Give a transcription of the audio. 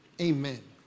amen